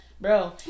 Bro